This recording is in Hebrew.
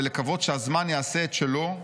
ולקוות שהזמן יעשה את שלו,